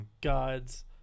god's